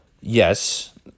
Yes